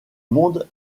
monde